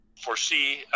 foresee